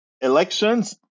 elections